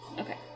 Okay